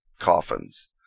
coffins